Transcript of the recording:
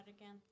again